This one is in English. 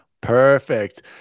perfect